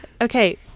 Okay